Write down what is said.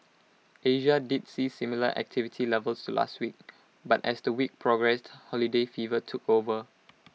Asia did see similar activity levels to last week but as the week progressed holiday fever took over